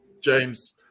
James